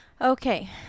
Okay